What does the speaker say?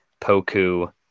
Poku